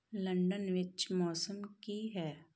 London ਵਿੱਚ ਮੌਸਮ ਕੀ ਹੈ